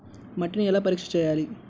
మట్టిని ఎలా పరీక్ష చేయాలి?